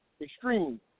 Extreme